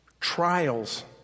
trials